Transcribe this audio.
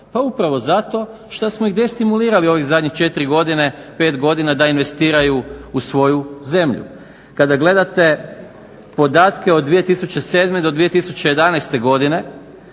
Pa upravo zato što smo ih destimulirali ovih zadnjih 4 godine, 5 godina da investiraju u svoju zemlju. Kada gledate podatke od 2007. do 2011. godine